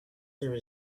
there